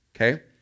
okay